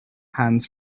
hands